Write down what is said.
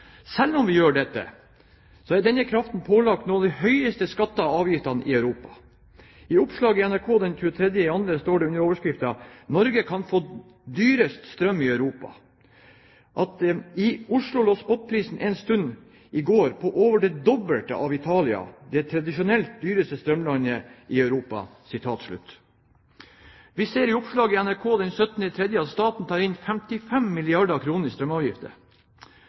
Selv om vi gjør det, er denne kraften pålagt noen av de høyeste skattene og avgiftene i Europa. I et oppslag i NRK den 23. februar står det under overskriften «Norge kan få dyrest strøm i Europa»: «I Oslo lå spottprisen en stund i går på over det dobbelte av Italia, det tradisjonelt dyreste strømlandet i Europa.» Vi ser i oppslag i NRK den 17. mars at staten tar inn 55 milliarder kr i strømavgifter.